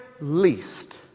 least